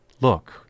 look